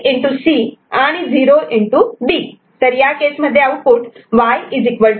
B तर त्या केसमध्ये आउटपुट Y C